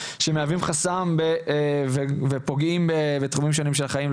שמהווים חסם ופוגעים בתחומים שונים של החיים.